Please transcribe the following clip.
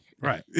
Right